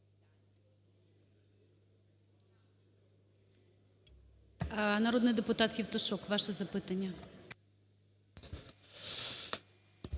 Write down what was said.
Народний депутат Євтушок, ваше запитання.